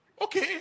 Okay